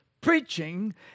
preaching